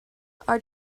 are